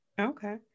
Okay